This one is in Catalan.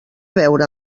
veure